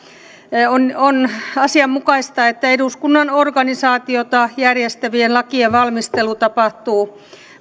on on asianmukaista että eduskunnan organisaatiota järjestävien lakien valmistelu tapahtuu